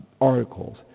articles